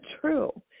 true